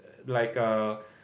like err